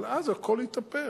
אבל אז הכול התהפך,